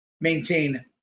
maintain